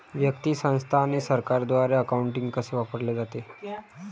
व्यक्ती, संस्था आणि सरकारद्वारे अकाउंटिंग कसे वापरले जाते